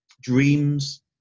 Dreams